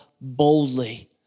boldly